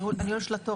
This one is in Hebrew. הניהול של התור,